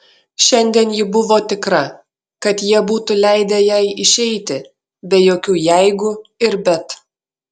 šiandien ji buvo tikra kad jie būtų leidę jai išeiti be jokių jeigu ir bet